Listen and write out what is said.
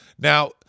now